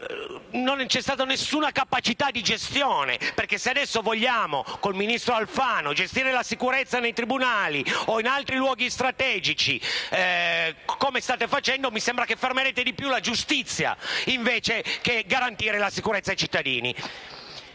Non c'è stata nessuna capacità di gestione, perché, se adesso vogliamo, con il ministro Alfano, gestire la sicurezza nei tribunali o in altri luoghi strategici come voi state facendo, mi sembra che fermerete di più la giustizia invece che garantire la sicurezza dei cittadini.